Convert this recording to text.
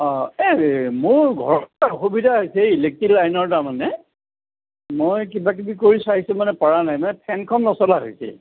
অঁ এই মোৰ ঘৰত অসুবিধা হৈছে এই ইলেক্টিক লাইনৰ তাৰমানে মই কিবাকিবি কৰি চাইছোঁ মানে পৰা নাই মানে ফেনখন নচলা হৈছে